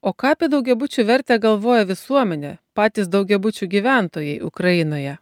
o ką apie daugiabučių vertę galvoja visuomenė patys daugiabučių gyventojai ukrainoje